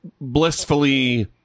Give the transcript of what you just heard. blissfully